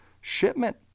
shipment